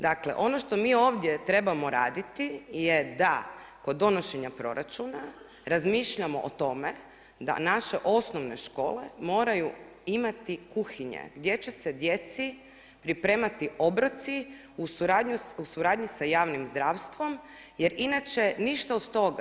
Dakle ono što mi ovdje trebamo raditi je da kod donošenja proračuna razmišljamo o tome da naše osnovne škole moraju imati kuhinje gdje će se djeci pripremati obroci u suradnji sa javnim zdravstvom jer inače ništa od toga.